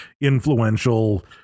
influential